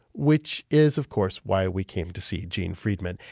which is, of course, why we came to see gene freidman.